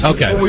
Okay